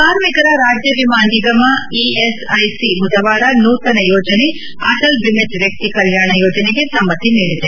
ಕಾರ್ಮಿಕರ ರಾಜ್ಯ ವಿಮಾ ನಿಗಮ ಇಎಸ್ಐಸಿ ಬುಧವಾರ ನೂತನ ಯೋಜನೆ ಆಟಲ್ ಬಿಮಿತ್ ವ್ಯಕ್ತಿ ಕಲ್ಯಾಣ ಯೋಜನೆಗೆ ಸಮ್ಮತಿ ನೀಡಿದೆ